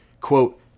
quote